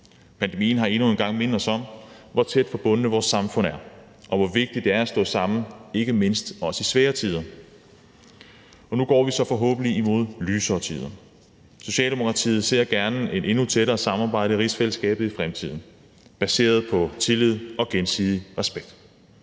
Pandemien har endnu en gang mindet os om, hvor tæt forbundne vores samfund er, og hvor vigtigt det er at stå sammen, ikke mindst i svære tider. Og nu går vi så forhåbentlig mod lysere tider. Socialdemokratiet ser gerne et endnu tættere samarbejde i rigsfællesskabet i fremtiden baseret på tillid og gensidig respekt.